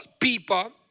people